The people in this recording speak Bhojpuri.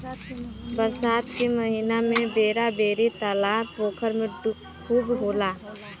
बरसात के महिना में बेरा बेरी तालाब पोखरा में खूब होला